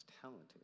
talented